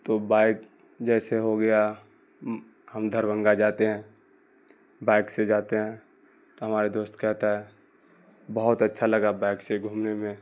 تو بائک جیسے ہو گیا ہم دربھنگہ جاتے ہیں بائک سے جاتے ہیں تو ہمارے دوست کہتا ہے بہت اچھا لگا بائک سے گھومنے میں